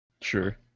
Sure